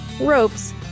ropes